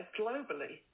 globally